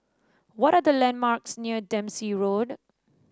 what are the landmarks near Dempsey Road